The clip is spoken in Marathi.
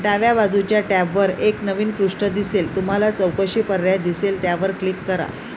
डाव्या बाजूच्या टॅबवर एक नवीन पृष्ठ दिसेल तुम्हाला चौकशी पर्याय दिसेल त्यावर क्लिक करा